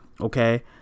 Okay